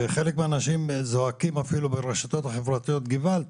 וחלק מהאנשים זועקים אפילו ברשתות החברתיות "געוואלד,